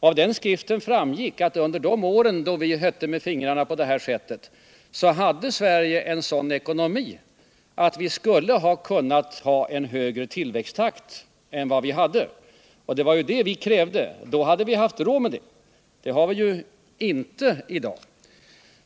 Av den skriften framgår det emellertid att under de år då vi hytte med fingrarna på detta sätt, hade Sverige en sådan ekonomi att viskulle kunnat ha en högre tillväxttakt än den vi hade. Det var det vi krävde, för då hade vi råd med det. Det har vi inte i dag.